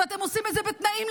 ואתם עושים את זה בתנאים-לא-תנאים,